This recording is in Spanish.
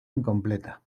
incompleta